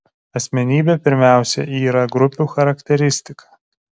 asmenybė pirmiausia yra grupių charakteristika